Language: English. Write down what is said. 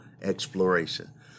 exploration